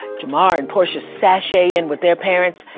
jamara and portia sashay in with their parents.